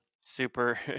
Super